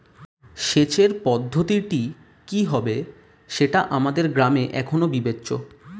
সেচের পদ্ধতিটি কি হবে সেটা আমাদের গ্রামে এখনো বিবেচ্য